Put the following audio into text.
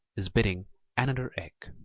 is beating an other egg.